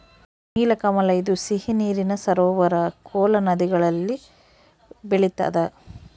ನೀಲಕಮಲ ಇದು ಸಿಹಿ ನೀರಿನ ಸರೋವರ ಕೋಲಾ ನದಿಗಳಲ್ಲಿ ಬೆಳಿತಾದ